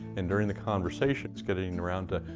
and during the conversation it's getting around to,